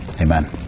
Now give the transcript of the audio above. Amen